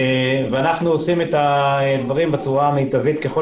אנחנו עושים את הדברים בצורה מיטבית ככל